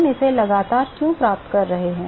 हम इसे लगातार क्यों प्राप्त कर रहे हैं